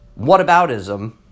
whataboutism